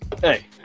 Hey